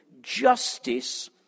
justice